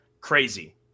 Crazy